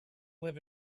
live